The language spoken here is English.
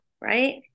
right